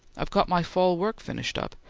i've got my fall work finished up,